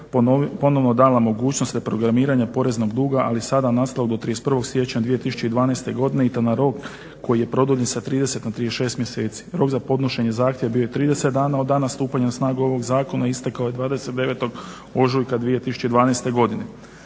ponovo dana mogućnost reprogramiranja poreznog duga, ali sada …/Ne razumije se./… do 31. siječnja 2012. godine i to na rok koji je produljen sa 30 na 36 mjeseci. Rok za podnošenje zahtjeva bio je 30 dana od dana stupanja na snagu ovoga zakona, istekao je 29. ožujka 2012. godine.